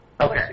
Okay